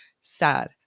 sad